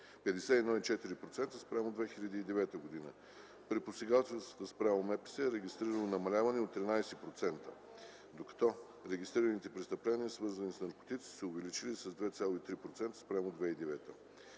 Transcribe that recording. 51,4%, спрямо 2009 г. При посегателствата спрямо МПС е регистрирано намаляване от 13%, докато регистрираните престъпления, свързани с наркотици са се увеличили с 2,3% спрямо 2009